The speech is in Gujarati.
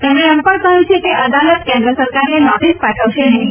તેમણે એમ પણ કહ્યું છે કે અદાલત કેન્દ્ર સરકારને નોટિસ ન પાઠવશે નહી